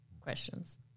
questions